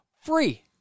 Free